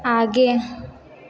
आगे